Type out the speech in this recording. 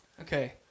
Okay